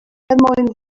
mwyn